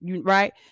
right